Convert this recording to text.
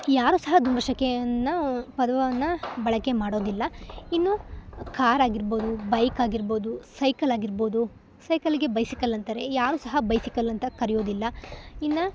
ಯಾರು ಸಹ ಧೂಮ್ರಶಕೆಯನ್ನ ಪದವನ್ನು ಬಳಕೆ ಮಾಡೋದಿಲ್ಲ ಇನ್ನು ಕಾರ್ ಆಗಿರ್ಬೌದು ಬೈಕ್ ಆಗಿರ್ಬೌದು ಸೈಕಲ್ ಆಗಿರ್ಬೌದು ಸೈಕಲ್ಗೆ ಬೈಸಿಕಲ್ ಅಂತಾರೆ ಯಾರು ಸಹ ಬೈಸಿಕಲಂತ ಕರಿಯೋದಿಲ್ಲ ಇನ್ನು